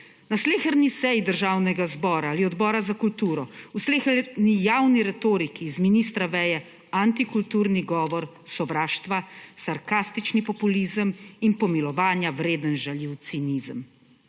Na sleherni seji Državnega zbora ali Odbora za kulturo, v sleherni javni retoriki iz ministra veje antikulturni govor sovraštva, sarkastični populizem in pomilovanja vreden žaljiv cinizem.